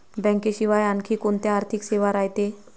बँकेशिवाय आनखी कोंत्या आर्थिक सेवा रायते?